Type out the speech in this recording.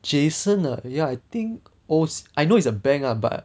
jason ah ya I think oh I know it's a bank ah but